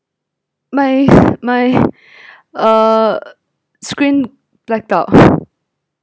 my my uh screen blackout